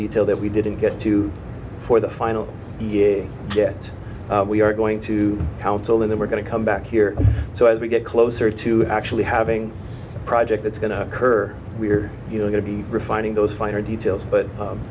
detail that we didn't get to for the final year yet we are going to counseling that we're going to come back here so as we get closer to actually having a project that's going to occur we're going to be refining those finer details but